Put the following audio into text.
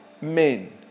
men